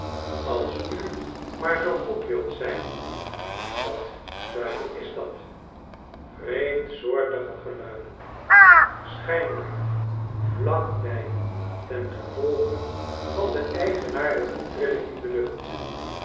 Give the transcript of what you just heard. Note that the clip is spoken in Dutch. als u maar zoo goed wilt zijn wat duivel is dat vreemdsoortige geluiden schijnbaar vlak bij tengevolge van de eigenaardige trilling in de lucht